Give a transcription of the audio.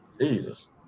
Jesus